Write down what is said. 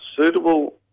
suitable